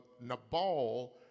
Nabal